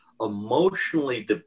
emotionally